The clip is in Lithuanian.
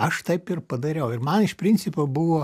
aš taip ir padariau ir man iš principo buvo